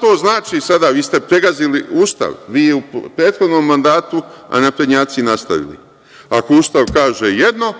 to znači sada? Vi ste pregazili Ustav, vi u prethodnom mandatu, a naprednjaci nastavili. Ako Ustav kaže jedno,